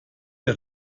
der